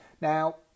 Now